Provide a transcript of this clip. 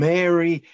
Mary